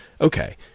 okay